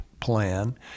plan